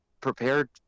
prepared